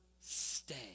stay